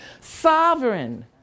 sovereign